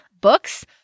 books